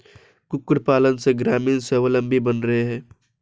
कुक्कुट पालन से ग्रामीण स्वाबलम्बी बन रहे हैं